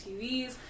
TVs